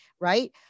right